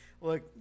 look